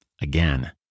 Again